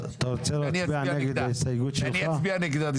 אני אצביע נגדה.